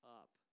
up